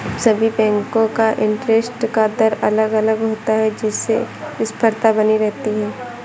सभी बेंको का इंटरेस्ट का दर अलग अलग होता है जिससे स्पर्धा बनी रहती है